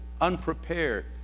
unprepared